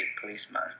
policeman